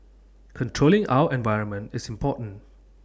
controlling our environment is important